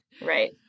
Right